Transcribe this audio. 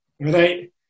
right